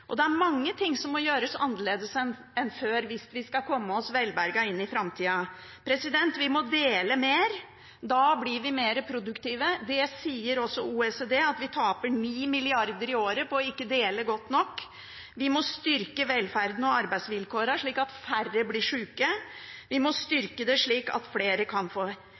og det er mange ting som må gjøres annerledes enn før hvis vi skal komme oss velberget inn i framtida. Vi må dele mer. Da blir vi mer produktive. Det sier også OECD, at vi taper 9 mrd. kr i året på ikke å dele godt nok. Vi må styrke velferden og arbeidsvilkårene slik at færre blir sjuke, vi må styrke det slik at flere kan få